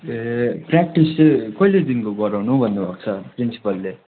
ए practice चाहिँ कहिलेदेखिको गराउनु भन्नु भएको प्रिन्सिपलले